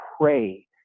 pray